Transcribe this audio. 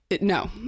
No